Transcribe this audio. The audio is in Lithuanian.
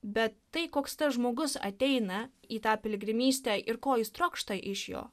bet tai koks tas žmogus ateina į tą piligrimystę ir ko jis trokšta iš jo